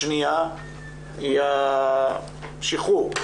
השניה היא השחרור.